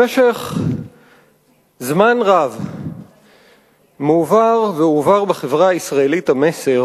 במשך זמן רב מועבר והועבר בחברה הישראלית המסר